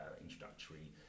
introductory